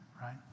right